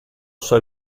sua